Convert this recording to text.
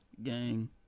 gang